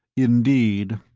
indeed.